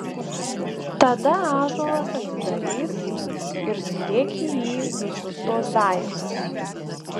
tada ąžuolas atsidarys ir sudėk į jį visus tuos daiktus